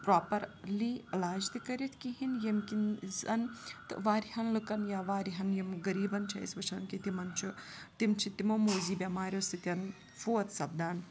properly علاج تہِ کٔرِتھ کِہیٖنۍ ییٚمہِ کِنۍ زَن تہٕ واریاہَن لُکَن یا واریاہَن یِم غریٖبَن چھِ أسۍ وٕچھان کہِ تِمن چھُ تِم چھِ تِمو موذی بٮ۪ماریو سۭتۍ فوت سَپدان